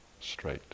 Straight